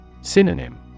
Synonym